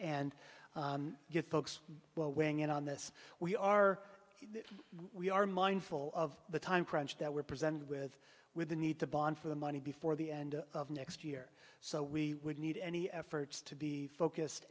and get folks weighing in on this we are we are mindful of the time crunch that we're presented with with the need to bond for the money before the end of next year so we would need any efforts to be focused